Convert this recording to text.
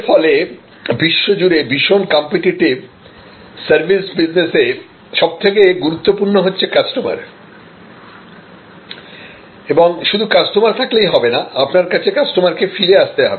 এর ফলে বিশ্বজুড়ে ভীষণ কম্পিটিটিভ সার্ভিস বিজনেসে সব থেকে গুরুত্বপূর্ণ হচ্ছে কাস্টমার এবং শুধু কাস্টমার থাকলেই হবে না আপনার কাছে কাস্টমারকে ফিরে আসতে হবে